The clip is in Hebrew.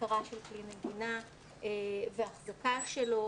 השכרה של כלי נגינה והחזקה שלו,